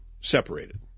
separated